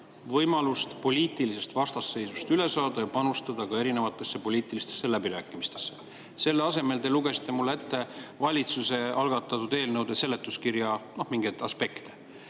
võimalust poliitilisest vastasseisust üle saada ja panustada poliitilistesse läbirääkimistesse. [Vastamise] asemel te lugesite mulle ette valitsuse algatatud eelnõude seletuskirja mingeid aspekte.